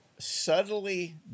Subtly